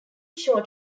short